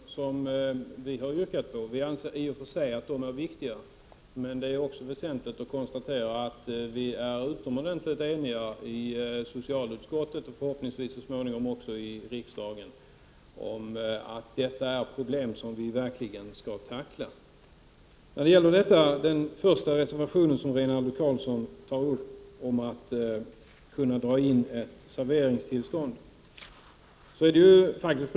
Fru talman! Jag skall inte i detalj gå in på de reservationer som vi har yrkat bifall till, även om jag i och för sig anser att de är viktiga. Men vi kan konstatera att vi är helt eniga i socialutskottet, och förhoppningsvis så småningom också i riksdagen, om att detta är ett problem som vi verkligen skall tackla. Rinaldo Karlsson tar upp reservationen om att dra in ett serveringstillstånd.